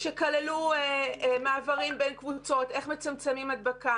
שכללו מעברים בין קבוצות, איך מצמצמים הדבקה.